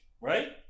Right